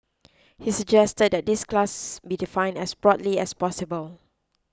he suggested that this class be defined as broadly as possible